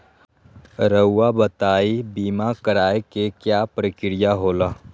रहुआ बताइं बीमा कराए के क्या प्रक्रिया होला?